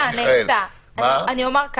נעשה, נעשה, נעשה.